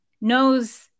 knows